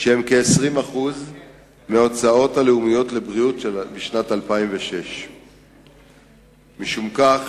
שהם כ-20% מההוצאה הלאומית לבריאות משנת 2006. משום כך,